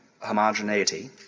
homogeneity